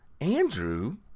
Andrew